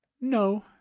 No